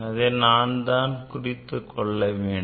அதை தான் நான் குறித்துக் கொள்ள வேண்டும்